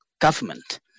government